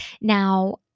Now